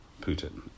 Putin